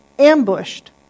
ambushed